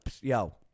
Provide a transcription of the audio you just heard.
Yo